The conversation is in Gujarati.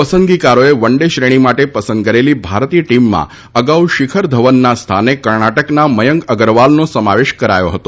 પસંદગીકારોએ વન ડે શ્રેણી માટે પસંદ કરેલી ભારતીય ટીમમાં અગાઉ શિખર ધવનના સ્થાને કર્ણાટકના મયંક અગરવાલનો સમાવેશ કરાયો હતો